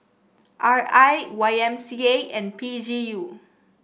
R I Y M C A and P G U